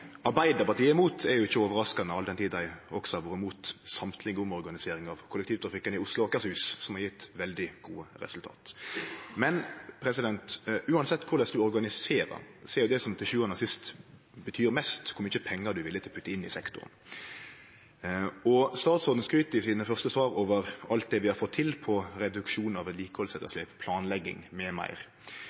Arbeidarpartiet er imot, er ikkje overraskande, all den tid dei også har vore imot alle omorganiseringar av kollektivtrafikken i Oslo og Akershus, som har gjeve veldig gode resultat. Men uansett korleis ein organiserer, er det som til sjuande og sist betyr mest, kor mykje pengar ein er villig til å putte inn i sektoren. Statsråden skryter i sine første svar av alt det vi har fått til når det gjeld reduksjon av vedlikehaldsetterslep, planlegging